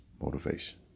Motivation